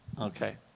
Okay